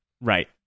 right